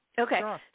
Okay